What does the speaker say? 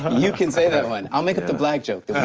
you can say that one, i'll make it the black joke.